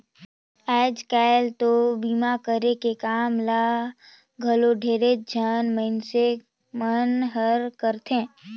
आयज कायल तो बीमा करे के काम ल घलो ढेरेच झन मइनसे मन हर करथे